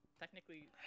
Technically